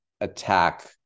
attack